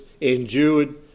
endured